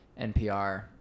NPR